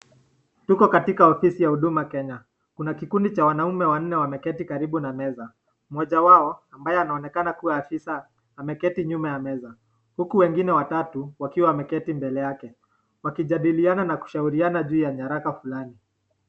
Tuko katika ofisi ya huduma Kenya kuna kikundi cha wanaume wanne wameketi kwa meza, moja wao ambaye anaonekana kuwa afisaa ameketi nyuma ya meza huku wengine watatu wameketi mbele yake, wakijadiliana na kushahuriana juu ya tharaka fulani.